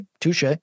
touche